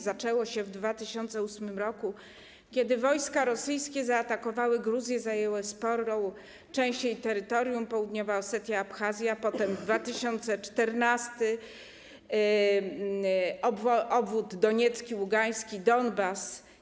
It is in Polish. Zaczęło się w 2008 r., kiedy wojska rosyjskie zaatakowały Gruzję, zajęły sporą część jej terytorium: południową Osetię, Abchazję, potem w 2014 r. obwód doniecki, ługański, Donbas.